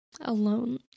alone